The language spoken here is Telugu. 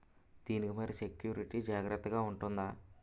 దీని కి మరి సెక్యూరిటీ జాగ్రత్తగా ఉంటుందా?